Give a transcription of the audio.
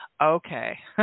okay